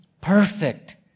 perfect